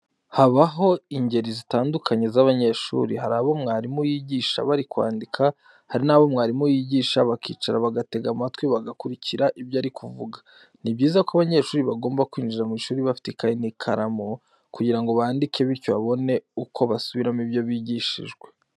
Habaho ingeri zitandukanye z'abanyeshuri. Hari abo mwarimu yigisha bari kwandika, hari n'abo mwarimu yigisha, bakicara bagatega amatwi bagakurikira ibyo ari kuvuga. Ni byiza ko abanyeshuri bagomba kwinjira mu ishuri bafite ikayi n'ikaramu, kugira ngo bandike, bityo babone uko basubiramo ibyo bigishijwe.